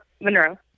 Monroe